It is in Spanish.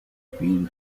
espíritu